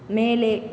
மேலே